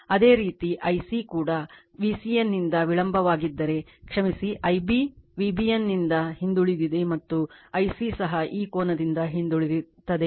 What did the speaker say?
ಅದೇ ರೀತಿ Ic Ic ಕೂಡ VCN ನಿಂದ ವಿಳಂಬವಾಗಿದ್ದರೆ ಕ್ಷಮಿಸಿ Ib Ib VBN ನಿಂದ ಹಿಂದುಳಿದಿದೆ ಮತ್ತು Ic ಸಹ ಈ ಕೋನದಿಂದ ಹಿಂದುಳಿಯುತ್ತದೆ